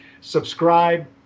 Subscribe